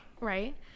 right